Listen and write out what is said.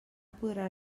podrà